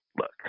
look